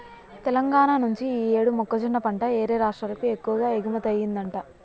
తెలంగాణా నుంచి యీ యేడు మొక్కజొన్న పంట యేరే రాష్టాలకు ఎక్కువగా ఎగుమతయ్యిందంట